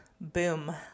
Boom